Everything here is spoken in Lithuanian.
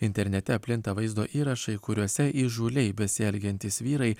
internete plinta vaizdo įrašai kuriuose įžūliai besielgiantys vyrai